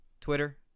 Twitter